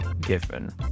given